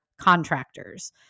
contractors